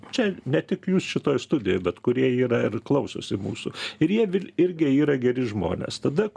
čia ne tik jūs šitoj studijoj bet kurie yra ir klausosi mūsų ir jie vil irgi yra geri žmonės tada